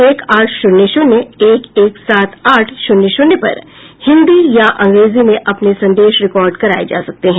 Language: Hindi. एक आठ शून्य शून्य एक एक सात आठ शून्य शून्य पर हिंदी या अंग्रेजी में अपने संदेश रिकार्ड कराए जा सकते हैं